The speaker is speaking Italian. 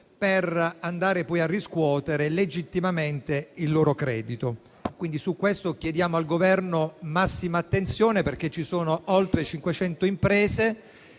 per andare poi a riscuotere legittimamente il loro credito. Sul punto chiediamo al Governo massima attenzione perché ci sono oltre 500 imprese